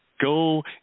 go